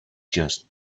just